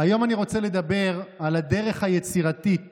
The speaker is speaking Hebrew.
היום אני רוצה לדבר על הדרך היצירתית